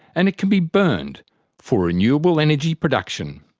and it can be burned for renewable energy production.